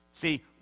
See